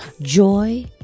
joy